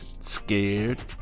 Scared